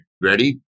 Ready